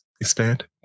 expand